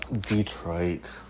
Detroit